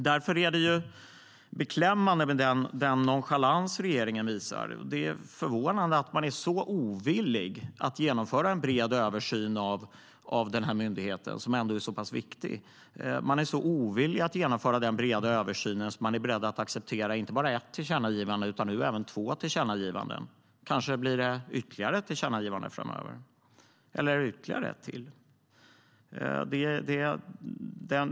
Det är därför beklämmande med den nonchalans regeringen visar. Det är förvånande att den är så ovillig att genomföra en bred översyn av myndigheten som ändå är så pass viktig. Den är så ovillig att genomföra den breda översynen att den är beredd att inte acceptera inte bara ett tillkännagivande utan nu även två tillkännagivanden. Kanske blir det ytterligare ett tillkännagivande framöver, eller ytterligare ett till.